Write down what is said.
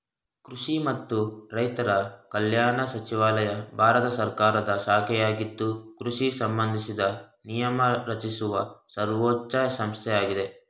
ಕೃಷಿ ಮತ್ತು ರೈತರ ಕಲ್ಯಾಣ ಸಚಿವಾಲಯ ಭಾರತ ಸರ್ಕಾರದ ಶಾಖೆಯಾಗಿದ್ದು ಕೃಷಿ ಸಂಬಂಧಿಸಿದ ನಿಯಮ ರಚಿಸುವ ಸರ್ವೋಚ್ಛ ಸಂಸ್ಥೆಯಾಗಿದೆ